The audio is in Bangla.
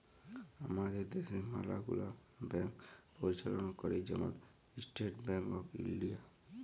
আমাদের দ্যাশে ম্যালা গুলা ব্যাংক পরিচাললা ক্যরে, যেমল ইস্টেট ব্যাংক অফ ইলডিয়া